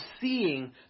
seeing